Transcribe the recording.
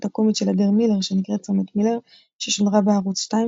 הקומית של אדיר מילר שנקראת ״צומת מילר״ ששודרה בערוץ 2,